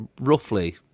roughly